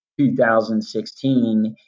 2016